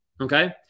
Okay